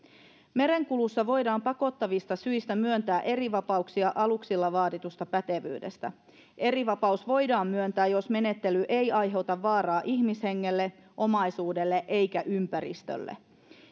merenkulussa voidaan pakottavista syistä myöntää erivapauksia aluksilla vaaditusta pätevyydestä erivapaus voidaan myöntää jos menettely ei aiheuta vaaraa ihmishengelle omaisuudelle eikä ympäristölle